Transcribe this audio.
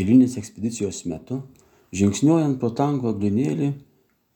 eilinės ekspedicijos metu žingsniuojant pro tankų abdonėlį